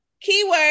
Keyword